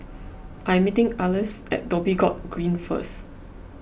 I am meeting Alys at Dhoby Ghaut Green first